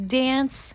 dance